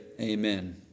Amen